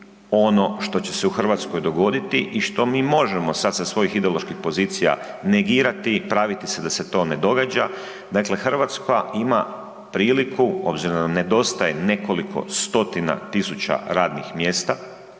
ono što će se u Hrvatskoj dogoditi i što mi možemo sad sa svojih ideoloških pozicija negirati i praviti se da se to ne događa. Dakle, Hrvatska ima priliku obzirom da nam nedostaje nekoliko stotina tisuća radnih mjesta,